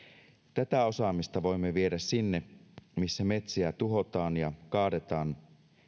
tätä osaamista voimme viedä sinne missä metsiä tuhotaan ja kaadetaan